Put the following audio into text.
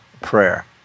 prayer